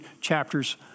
chapters